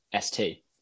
ST